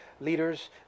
leaders